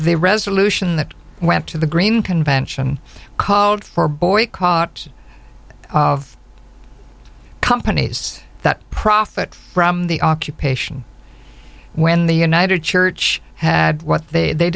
the resolution that went to the green convention called for boycott of companies that profit from the occupation when the united church had what they